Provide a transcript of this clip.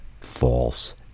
false